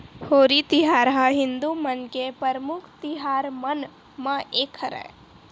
होरी तिहार ह हिदू मन के परमुख तिहार मन म एक हरय